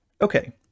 Okay